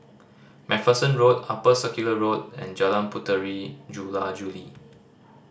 Macpherson Road Upper Circular Road and Jalan Puteri Jula Juli